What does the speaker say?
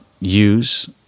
use